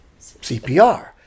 CPR